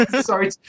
sorry